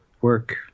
work